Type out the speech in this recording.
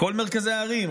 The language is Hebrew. כל מרכזי הערים,